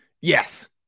Yes